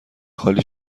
خالی